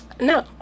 No